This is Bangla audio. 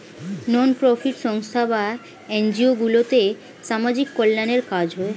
নন প্রফিট সংস্থা বা এনজিও গুলোতে সামাজিক কল্যাণের কাজ হয়